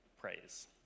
praise